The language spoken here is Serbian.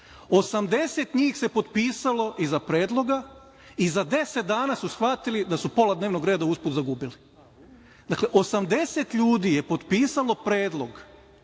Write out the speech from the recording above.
njih se potpisalo iza predloga i za 10 dna su shvatili da su pola dnevnog reda izgubili. Dakle, osamdeset ljudi je potpisalo predlog,